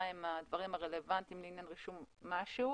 הם הדברים הרלוונטיים לעניין רישום משהו